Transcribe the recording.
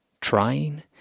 trying